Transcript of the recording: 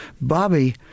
Bobby